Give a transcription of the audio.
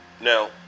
Now